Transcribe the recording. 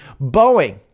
boeing